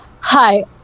hi